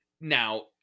now